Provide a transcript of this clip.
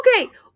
okay